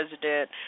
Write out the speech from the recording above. president